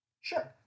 Sure